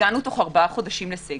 הגענו תוך ארבעה חודשים לסגר.